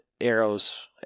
arrows